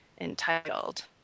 entitled